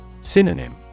Synonym